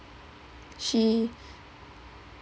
she